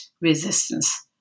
resistance